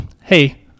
hey